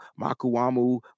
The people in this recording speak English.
Makuamu